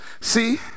see